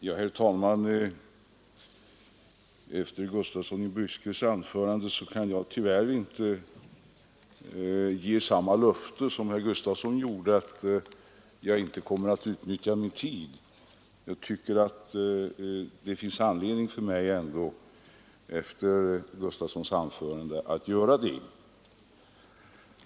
Herr talman! Jag kan tyvärr inte ge samma löfte som herr Gustafsson i Byske att inte utnyttja min tid. Efter herr Gustafssons anförande finns det anledning för mig att utnyttja min tid fullt ut.